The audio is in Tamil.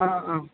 ஆ ஆ